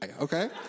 okay